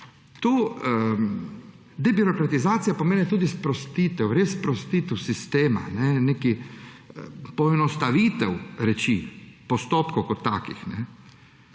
debirokratizacija pomeni tudi sprostitev, res sprostitev sistema. Neka poenostavitev reči, postopkov kot takih.